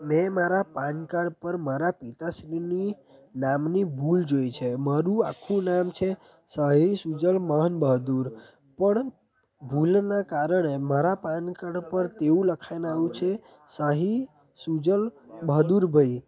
મેં મારા પાનકાર્ડ પર મારા પિતાશ્રીની નામની ભૂલ જોઈ છે મારું આખું નામ છે સાહિલ શ્રૂજલ મહાનબહાદુર પણ ભૂલનાં કારણે મારા પાનકાર્ડ પર તેવું લખાઈને આવ્યું છે સાહી શ્રૃજલ બહાદુરભાઈ